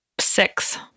Six